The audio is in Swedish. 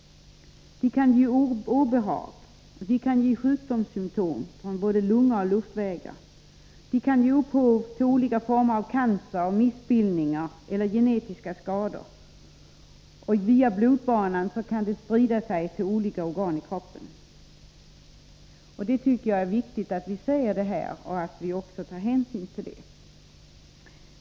De kan ge obehag och sjukdomssymtom från lungor och lungvägar. De kan ge upphov till olika former av cancer, missbildningar eller genetiska skador. Via blodbanan kan de också sprida sig till olika organ i kroppen. Jag tycker det är viktigt att vi talar om detta och att vi också tar hänsyn till det.